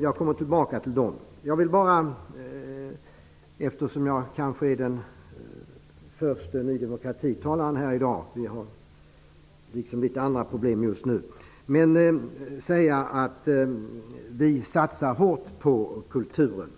jag återkommer senare till dem. Jag är väl den förste från Ny demokrati som är med i debatten i dag -- vi har liksom andra problem just nu. Men jag vill säga att vi satsar hårt på kulturen.